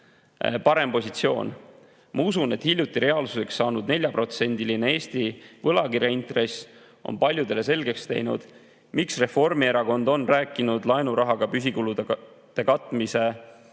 parem positsioon. Ma usun, et hiljuti reaalsuseks saanud 4%‑line Eesti võlakirjade intress on paljudele selgeks teinud, miks Reformierakond on rääkinud, et laenurahaga püsikulude katmine ei ole